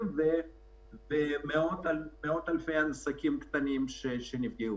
ומאות אלפי עסקים קטנים שנפגעו.